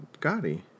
Gotti